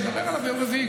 נדבר עליו ביום רביעי,